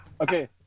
okay